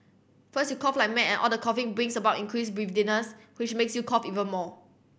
first you cough like mad and all the coughing brings about increased breathlessness which makes you cough even more